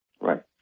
Right